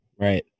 Right